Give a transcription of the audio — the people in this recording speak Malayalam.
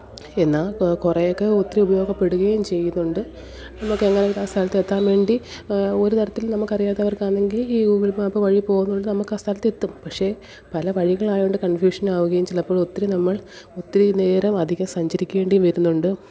എന്നാൽ കുറേ ഒക്കെ ഒത്തിരി ഉപയോഗപ്പെടുകയും ചെയ്യുന്നുണ്ട് നമുക്ക് എങ്ങനെ എങ്കിലും ആ സ്ഥലത്ത് എത്താന് വേണ്ടി ഒരു തരത്തിലും നമ്മൾക്ക് അറിയാത്തവര്ക്കാന്നെങ്കില് ഈ ഗൂഗിള് മാപ്പ് വഴി പോകുന്നതു കൊണ്ട് നമുക്ക് ആ സ്ഥലത്തെത്തും പക്ഷെ പല വഴികളായത് കൊണ്ട് കണ്ഫ്യൂഷൻ ആവുകയും ചിലപ്പോള് ഒത്തിരി നമ്മള് ഒത്തിരി നേരം അധികം സഞ്ചരിക്കേണ്ടിയും വരുന്നുണ്ട്